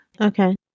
Okay